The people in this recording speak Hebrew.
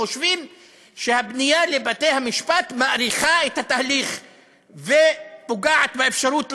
חושבים שהפנייה לבתי-המשפט מאריכה את התהליך ופוגעת באפשרות להרוס,